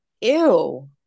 ew